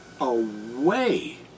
away